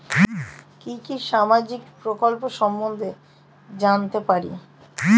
কি কি সামাজিক প্রকল্প সম্বন্ধে জানাতে পারি?